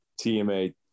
TMA